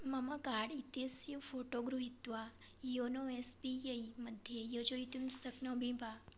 मम कार्ड् इत्यस्य फोटो गृहीत्वा योनो एस् बी ऐ मध्ये योजयितुं शक्नोमि वा